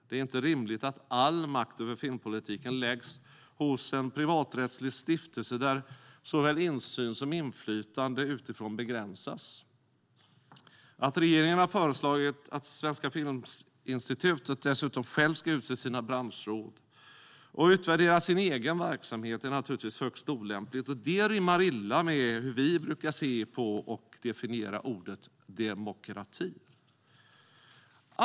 Det är inte rimligt att all makt över filmpolitiken läggs hos en privaträttslig stiftelse där såväl insyn som inflytande utifrån begränsas. Att re-geringen har föreslagit att Svenska Filminstitutet dessutom självt ska utse sina branschråd och utvärdera sin egen verksamhet är naturligtvis högst olämpligt. Det rimmar illa med hur vi brukar se på och definiera ordet demokrati.